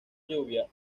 lluvia